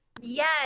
Yes